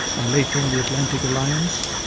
and later in the atlantic alliance